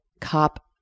cop